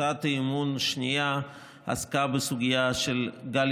והצעת האי-אמון השנייה עסקה בסוגיה של גל